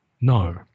No